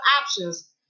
options